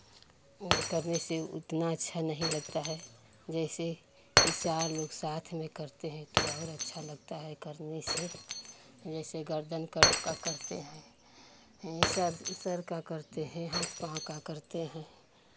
करने से उतना अच्छा नहीं लगता है जैसे कि चार लोग साथ में करते हैं तो और अच्छा लगता है करने से जैसे गर्दन कर का करते हैं हैं सर सर का करते हैं हाथ पाँव का करते हैं